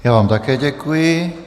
Já vám také děkuji.